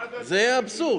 זה האבסורד.